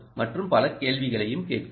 மற்றும் பல கேள்விகளைக் கேட்கலாம்